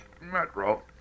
Metro